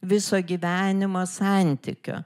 viso gyvenimo santykio